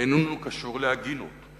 איננו קשור להגינות.